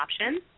option